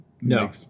No